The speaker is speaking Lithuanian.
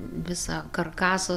visą karkasą